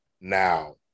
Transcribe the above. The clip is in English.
Now